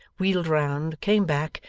wheeled round, came back,